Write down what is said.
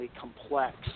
complex